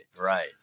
right